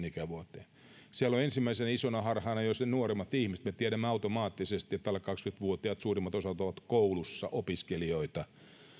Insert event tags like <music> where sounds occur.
<unintelligible> ikävuoteen siellä ensimmäisenä isona harhana ovat jo ne nuoremmat ihmiset me tiedämme automaattisesti että alle kaksikymmentä vuotiaat suurimmalta osalta ovat koulussa opiskelijoita